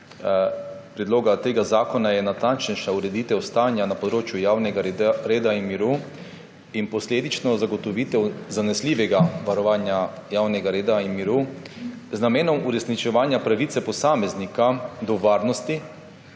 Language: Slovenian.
predloga tega zakona natančnejša ureditev stanja na področju javnega reda in miru in posledično zagotovitev zanesljivega varovanja javnega reda in miru z namenom uresničevanja pravice posameznika do varnosti